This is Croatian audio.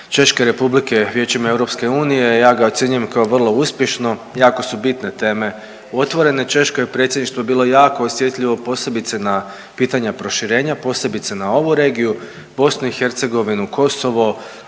Češke Republike Vijećem EU ja ga ocjenjujem kao vrlo uspješno, jako su bitne teme otvorene. Češko je predsjedništvo bilo jako osjetljivo posebice na pitanja proširenja, posebice na ovu regiju, BiH, Kosovo,